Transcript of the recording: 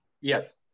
yes